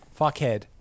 fuckhead